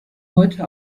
heute